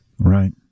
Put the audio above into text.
right